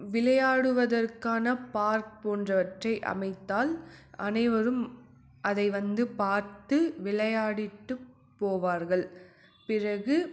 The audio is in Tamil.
விளையாடுவதற்கான பார்க் போன்றவற்றை அமைத்தால் அனைவரும் அதை வந்து பார்த்து விளையாடிவிட்டு போவார்கள் பிறகு